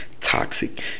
Toxic